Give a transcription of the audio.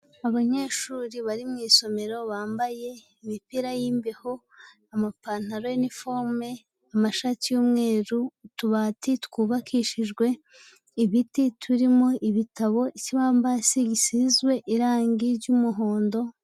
Abanyeshuri bari mu isomero bambaye imipira y'imbeho, amapantaro, iniforume, amashati y'umweru, utubati twubakishijwe ibiti turimo ibitabo, ikibambasi gisizwe irangi ry'umuhondo.